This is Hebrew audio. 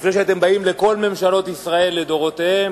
לפני שאתם באים לכל ממשלות ישראל לדורותיהן